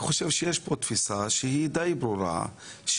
יש פה תפיסה די ברורה,